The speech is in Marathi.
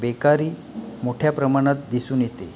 बेकारी मोठ्या प्रमाणात दिसून येते